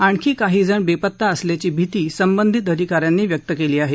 आणखी काही जण बेपत्ता असल्याची भिती संबधित आधिका यांनी व्यक्त केली आहे